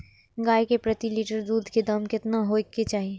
गाय के प्रति लीटर दूध के दाम केतना होय के चाही?